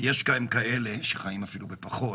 יש גם כאלה שחיים אפילו בפחות,